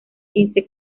quince